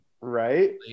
Right